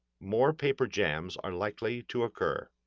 more paper jams are likely to occur.